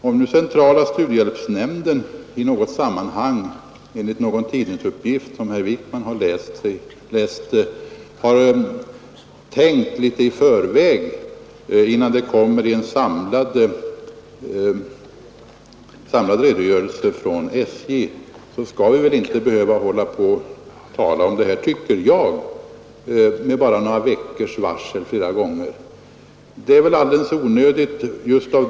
Om nu centrala studiehjälpsnämnden i något sammanhang — enligt någon tidningsuppgift som herr Wijkman har läst — har tänkt litet i förväg innan det kommer en samlad redogörelse från SJ, skall vi väl inte fördenskull behöva med bara några veckors mellanrum diskutera nämndens uttalanden?